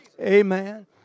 amen